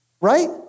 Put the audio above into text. Right